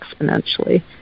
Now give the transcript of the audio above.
exponentially